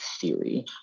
theory